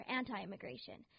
anti-immigration